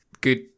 Good